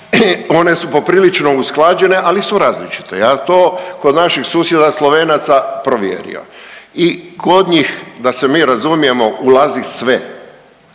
one su poprilično usklađene ali su različite. Ja to kod naših susjeda Slovenaca provjerio. I kod njih da se mi razumije, ulazi sve